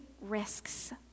risks